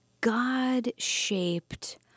god-shaped